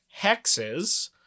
Hexes